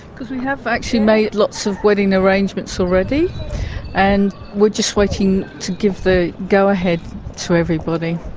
because we have actually made lots of wedding arrangements already and we're just waiting to give the go-ahead to everybody.